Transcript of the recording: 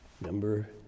number